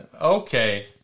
Okay